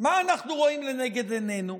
מה אנחנו רואים לנגד עינינו?